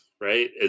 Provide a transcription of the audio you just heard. right